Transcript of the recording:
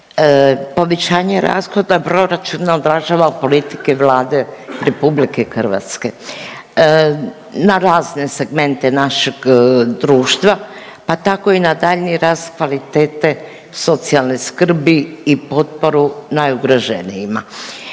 povećanje rashoda proračuna odražava politike Vlade Republike Hrvatske na razne segmente našeg društva, pa tako i na daljnji rast kvalitete socijalne skrbi i potporu najugroženijima.